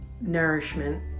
nourishment